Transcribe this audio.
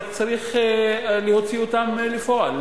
רק צריך להוציא אותן לפועל,